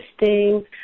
interesting